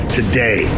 today